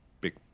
big